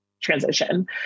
transition